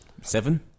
seven